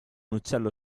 uccello